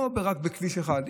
לא רק בכביש אחד,